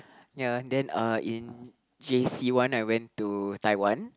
ya then uh in J_C one I went to Taiwan